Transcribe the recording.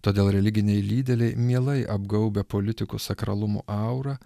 todėl religiniai lyderiai mielai apgaubia politikus sakralumo aura